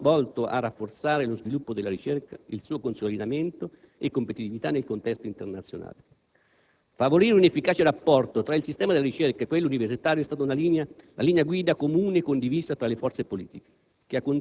ma volto a rafforzare lo sviluppo della ricerca, il suo consolidamento e competitività nel contesto internazionale. Favorire un efficace rapporto tra il sistema della ricerca e quello universitario è stata la linea guida comune e condivisa fra le forze politiche